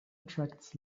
attracts